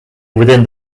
within